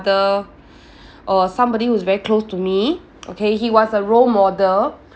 ~ther somebody who's very close to me okay he was a role model